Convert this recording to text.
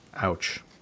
Ouch